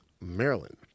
Maryland